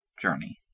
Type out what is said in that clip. journey